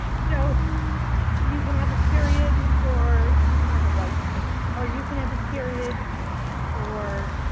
so you can have a period or you can have a white cane or, you can have a period or.